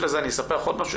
אני אספר לך עוד משהו,